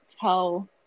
tell